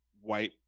white